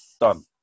Done